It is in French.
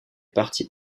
partis